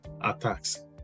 attacks